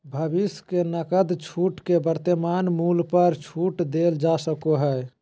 भविष्य के नकद छूट के वर्तमान मूल्य पर छूट देल जा सको हइ